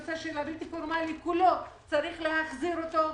הנושא של החינוך הבלתי פורמלי כולו צריך להחזיר אותו.